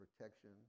protection